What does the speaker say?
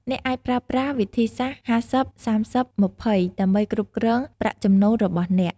អ្នកអាចប្រើប្រាស់វិធីសាស្ត្រ ៥០/៣០/២០ ដើម្បីគ្រប់គ្រងប្រាក់ចំណូលរបស់អ្នក។